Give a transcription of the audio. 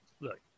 Look